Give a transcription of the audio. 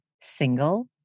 single